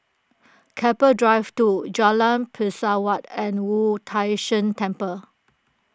Keppel Drive two Jalan Pesawat and Wu Tai Shan Temple